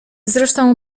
zresztą